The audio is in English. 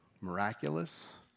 miraculous